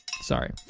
Sorry